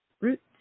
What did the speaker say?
Roots